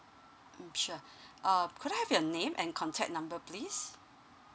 mm sure uh could I have your name and contact number please